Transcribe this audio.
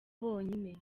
bonyine